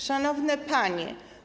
Szanowne Panie!